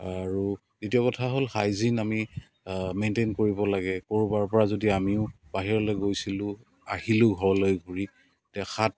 আৰু দ্বিতীয় কথা হ'ল হাইজিন আমি মেইনটেইন কৰিব লাগে ক'ৰবাৰ যদি আমিও বাহিৰলৈ গৈছিলোঁ আহিলোঁ ঘৰলৈ ঘূৰি তে সাত